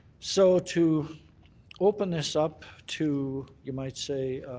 so to open this up to, you might say,